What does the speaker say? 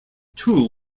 two